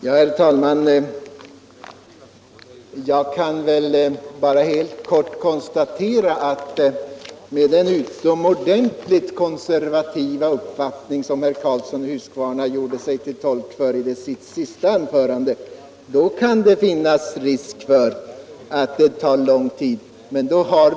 Herr talman! Jag kan bara helt kort konstatera att det - med den utomordentligt konservativa uppfattning som herr Karlsson i Huskvarna gav uttryck för i sitt senaste anförande — kan finnas risk för att det tar lång tid att få en ändring till stånd.